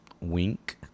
Wink